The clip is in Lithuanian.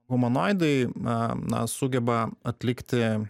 humanoidai a na sugeba atlikti